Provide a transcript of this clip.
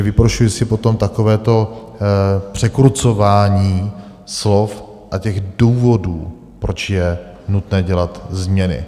Vyprošuji si potom takovéto překrucování slov a těch důvodů, proč je nutné dělat změny.